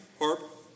harp